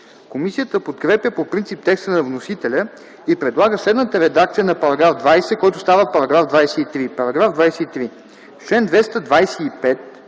Комисията подкрепя по принцип текста на вносителя и предлага следната редакция на § 20, който става § 23: „§ 23.